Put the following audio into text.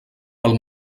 pel